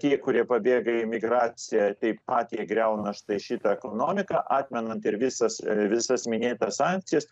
tie kurie pabėga į emigraciją taip pat jie griauna štai šitą ekonomiką atmenant ir visas visas minėtas sankcijas